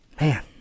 man